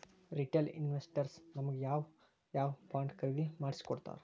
Retail investors ನಮಗ್ ಯಾವ್ ಯಾವಬಾಂಡ್ ಖರೇದಿ ಮಾಡ್ಸಿಕೊಡ್ತಾರ?